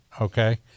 okay